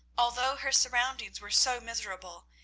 although her surroundings were so miserable,